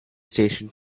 station